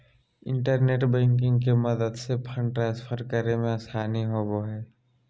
internet banking के मदद से फंड ट्रांसफर करे मे आसानी होवो हय